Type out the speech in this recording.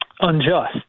unjust